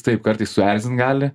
taip kartais suerzint gali